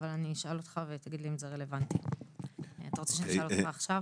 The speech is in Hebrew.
וכאפס לעומת מה שהוא מרשה לעצמו מול ילדה דתייה בת תשעה עשרה.